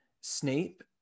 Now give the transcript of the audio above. Snape